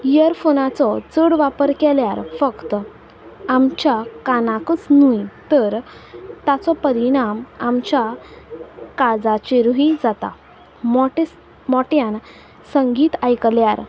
इयरफोनाचो चड वापर केल्यार फक्त आमच्या कानाकच न्हय तर ताचो परिणाम आमच्या काळजाचेरूय जाता मोठेस मोठ्यान संगीत आयकल्यार